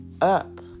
up